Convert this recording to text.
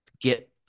get –